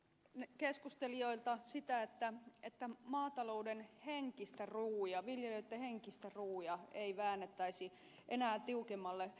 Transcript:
pyytäisin keskustelijoilta sitä että maatalouden henkistä ruuvia viljelijöitten henkistä ruuvia ei väännettäisi enää tiukemmalle